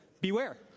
beware